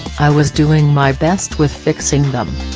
i was doing my best with fixing them.